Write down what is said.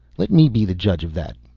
let me be the judge of that.